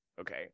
okay